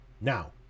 now